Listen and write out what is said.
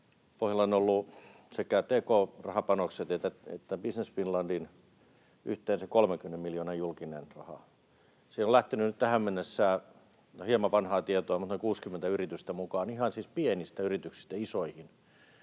pohjalla on ollut sekä tk-rahapanokset että Business Finlandin yhteensä 30 miljoonan julkinen raha. Siihen on lähtenyt tähän mennessä — hieman vanhaa tietoa — noin 60 yritystä mukaan ruoka-alalta, ihan siis pienistä yrityksistä isoihin,